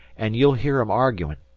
an' you'll hear em arguin.